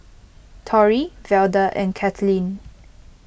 Torry Velda and Cathleen